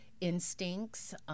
instincts